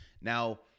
Now